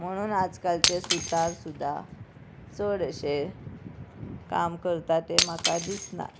म्हणून आज कालचे सुतार सुद्दां चड अशें काम करता ते म्हाका दिसना